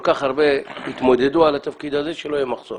כך הרבה יתמודדו על התפקיד הזה ושלא יהיה מחסור.